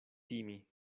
timi